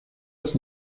uns